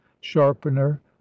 sharpener